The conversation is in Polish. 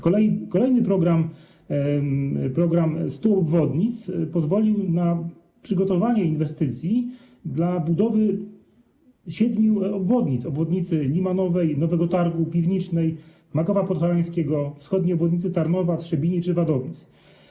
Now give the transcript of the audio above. Kolejny program, program 100 obwodnic, pozwolił na przygotowanie inwestycji dla budowy siedmiu obwodnic: obwodnicy Limanowej, Nowego Targu, Piwnicznej, Makowa Podhalańskiego, wschodniej obwodnicy Tarnowa, Trzebini czy Wadowic.